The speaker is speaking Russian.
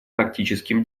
практическим